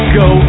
go